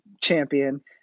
champion